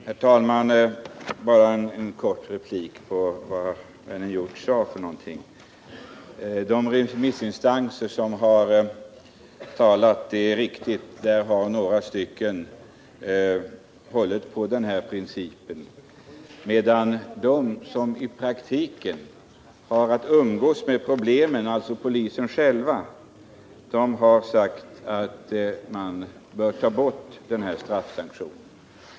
Herr talman! Bara en kort replik till vad vännen Hjorth sade. Det är riktigt att några av de remissinstanser som har uttalat sig har hållit på principen om straff, medan de som i praktiken har att umgås med problemen —alltså polisen själv — har sagt att man bör ta bort straffsanktionen.